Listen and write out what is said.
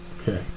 Okay